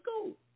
school